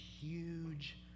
huge